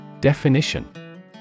Definition